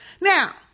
Now